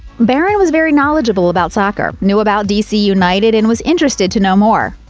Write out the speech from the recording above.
barron was very knowledgeable about soccer, knew about d c. united and was interested to know more.